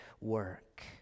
work